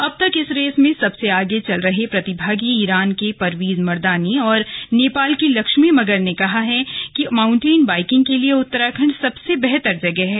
अब तक इस रेस में सबसे आगे चल रहे प्रतिभागी ईरान के परवीज मरदानी और नेपाल की लक्ष्मी मगर ने कहा कि माउटेन बाइकिंग के लिए उत्तराखण्ड सबसे बेहतर जगह है